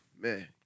Man